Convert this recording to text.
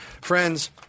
Friends